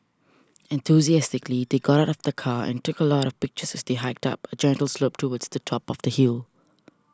enthusiastically they got out of the car and took a lot of pictures as they hiked up a gentle slope towards the top of the hill